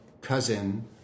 cousin